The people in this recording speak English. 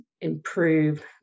improve